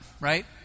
right